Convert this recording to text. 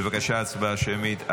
בבקשה, הצבעה שמית.